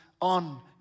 on